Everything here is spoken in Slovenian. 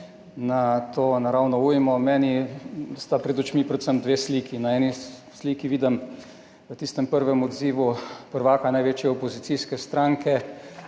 na to naravno ujmo. Meni sta pred očmi predvsem dve sliki. Na eni sliki vidim v tistem prvem odzivu prvaka največje opozicijske stranke